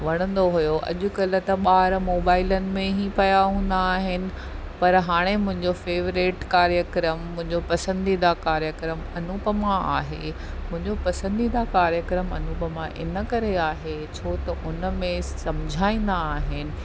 वणंदो हुओ अॼुकल्ह त ॿार मोबाइलनि में ई पया हूंदा आहिनि पर हाणे मुंहिंजो फेवरेट कार्यक्रम मुंहिंजो पसंदीदा कार्यक्रम अनुपमा आहे मुंहिंजो पसंदीदा कार्यक्रम अनुपमा इन करे आहे छो त उनमें सम्झाईंदा आहिनि